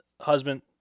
husband